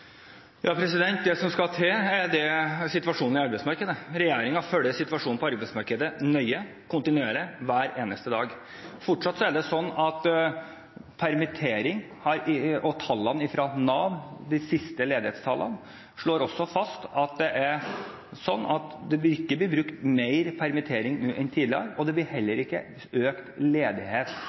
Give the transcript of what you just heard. Det som skal til, er situasjonen på arbeidsmarkedet. Regjeringen følger situasjonen på arbeidsmarkedet nøye, kontinuerlig, hver eneste dag. De siste ledighetstallene fra Nav slår også fast at det ikke blir brukt mer permittering enn tidligere, og det blir heller ikke markert økt ledighet. Men jeg deler bekymringen som er i enkelte sektorer – det